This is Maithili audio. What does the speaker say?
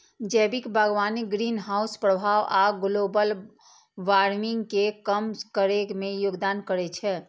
जैविक बागवानी ग्रीनहाउस प्रभाव आ ग्लोबल वार्मिंग कें कम करै मे योगदान करै छै